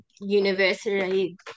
universally